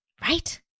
right